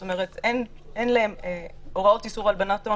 זאת אומרת הוראות איסור הלבנת הון